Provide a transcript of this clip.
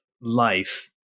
life